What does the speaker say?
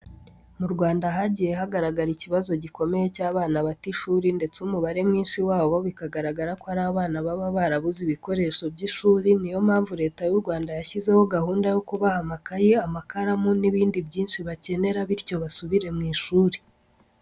Mu Rwanda hagiye hagaragara ikibazo gikomeye cy'abana bata ishuri ndetse umubare mwinshi wabo bikagaragara ko ari abana baba barabuze ibikoresho by'ishuri. Niyo mpamvu Leta y'u Rwanda yashyizeho gahunda yo kubaha amakayi, amakaramu n'ibindi byinshi bakenera bityo basubire mu ishuri.